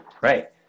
Right